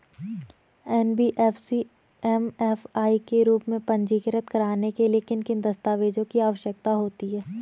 NBFC MFI के रूप में पंजीकृत कराने के लिए किन किन दस्तावेज़ों की आवश्यकता होती है?